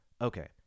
Okay